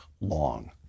long